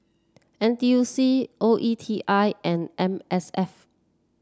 N T U C O E T I and M S F